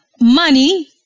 money